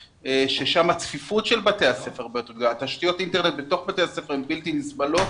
שם הצפיפות של בתי הספר ותשתיות האינטרנט בתוך בתי הספר הן בלתי נסבלות.